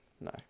No